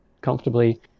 comfortably